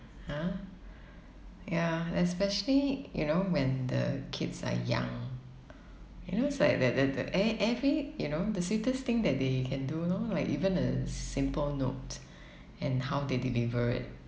!huh! ya especially you know when the kids are young you know it's like the the the e~ every you know the sweetest thing that they can do lor like even a simple note and how they deliver it